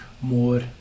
more